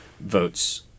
votes